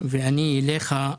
ואני אליך.